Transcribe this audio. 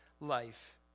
life